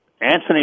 Anthony